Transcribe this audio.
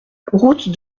route